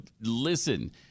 listen